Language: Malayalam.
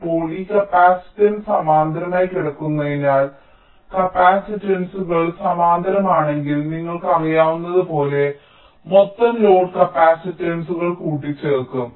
ഇപ്പോൾ ഈ കപ്പാസിറ്റൻസ് സമാന്തരമായി കിടക്കുന്നതിനാൽ കപ്പാസിറ്റൻസുകൾ സമാന്തരമാണെങ്കിൽ നിങ്ങൾക്കറിയാവുന്നതുപോലെ മൊത്തം ലോഡ് കപ്പാസിറ്റൻസുകൾ കൂട്ടിച്ചേർക്കും